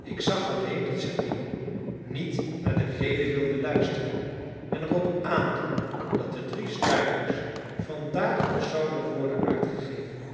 ik zag alleen dat zerbino niet naar rede wilde luisteren en erop aandrong dat de drie stuivers vandaag nog zouden worden uitgegeven